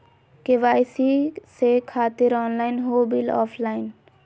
KYC से खातिर online हो बिल ऑफलाइन?